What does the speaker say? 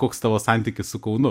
koks tavo santykis su kaunu